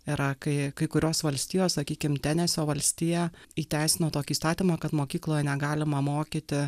yra kai kai kurios valstijos sakykim tenesio valstija įteisino tokį įstatymą kad mokykloje negalima mokyti